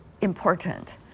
important